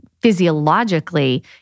physiologically